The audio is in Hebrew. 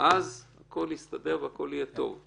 באת להגיד לי רק שלום וחג שמח.